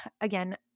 again